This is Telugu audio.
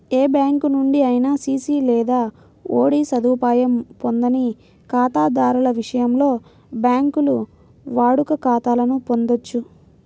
ఏ బ్యాంకు నుండి అయినా సిసి లేదా ఓడి సదుపాయం పొందని ఖాతాదారుల విషయంలో, బ్యాంకులు వాడుక ఖాతాలను పొందొచ్చు